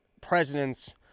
presidents